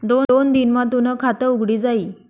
दोन दिन मा तूनं खातं उघडी जाई